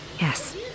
Yes